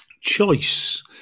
choice